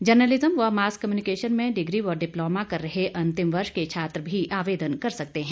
journalism व mass communication में degree व डिप्लोमा कर रहे अंतिम वर्ष के छात्र भी आवेदन कर सकते हैं